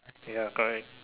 ya correct